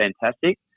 Fantastic